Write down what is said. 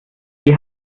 sie